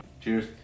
Cheers